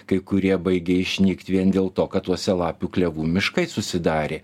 kai kurie baigia išnykt vien dėl to kad uosialapių klevų miškai susidarė